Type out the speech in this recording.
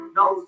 no